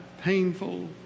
painful